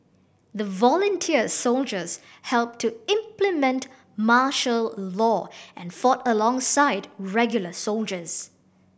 the volunteer soldiers helped to implement martial law and fought alongside regular soldiers